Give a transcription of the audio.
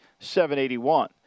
781